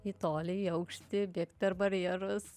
į tolį į aukštį bėgt per barjerus